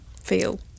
feel